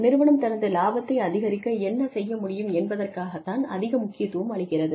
நிறுவனம் தனது லாபத்தை அதிகரிக்க என்ன செய்ய முடியும் என்பதற்கு தான் அதிக முக்கியத்துவம் அளிக்கிறது